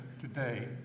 today